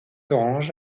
orange